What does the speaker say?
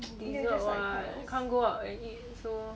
dessert what can't go out and eat so